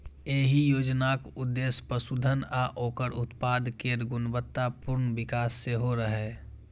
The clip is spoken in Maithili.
एहि योजनाक उद्देश्य पशुधन आ ओकर उत्पाद केर गुणवत्तापूर्ण विकास सेहो रहै